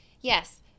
Yes